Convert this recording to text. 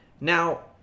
Now